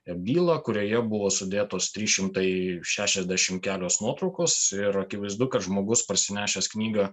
e bylą kurioje buvo sudėtos trys šimtai šešiasdešim kelios nuotraukos ir akivaizdu kad žmogus parsinešęs knygą